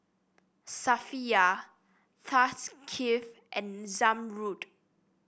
Safiya Thaqif and Zamrud